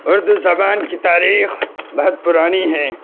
اردو زبان کی تاریخ بہت پرانی ہے